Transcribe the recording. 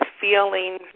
feeling